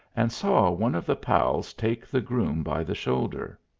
and saw one of the pals take the groom by the shoulder.